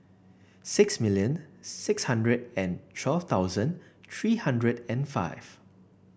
six million six hundred and twelve thousand three hundred and five